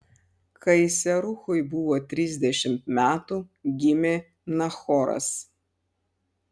kai seruchui buvo trisdešimt metų gimė nachoras